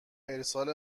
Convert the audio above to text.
ارسال